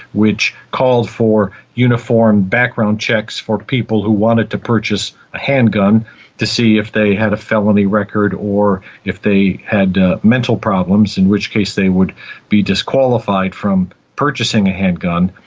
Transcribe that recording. which called for uniform background checks for people who wanted to purchase a handgun to see if they had a felony record or if they had mental problems, in which case they would be disqualified from purchasing a handgun.